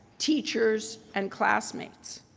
teachers and classmates.